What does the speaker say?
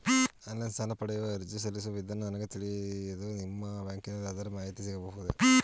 Online ಸಾಲ ಪಡೆಯಲು ಅರ್ಜಿ ಸಲ್ಲಿಸುವ ವಿಧಾನ ನನಗೆ ತಿಳಿಯದು ನಿಮ್ಮ ಬ್ಯಾಂಕಿನಲ್ಲಿ ಅದರ ಮಾಹಿತಿ ಸಿಗಬಹುದೇ?